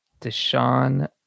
Deshaun